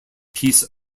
peace